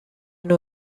نوع